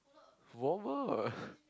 warmer